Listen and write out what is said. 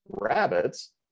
rabbits